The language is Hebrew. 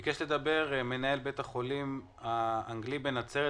ביקש לדבר מנהל בית החולים האנגלי בנצרת,